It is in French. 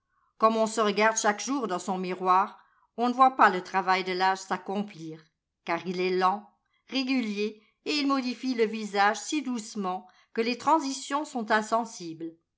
comme on se regarde chaque jour dans son miroir on ne voit pas le travail de l'âge s'accomplir car il est lent régulier et il modifie le visage si doucement que les transitions sont insensibles